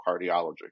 cardiology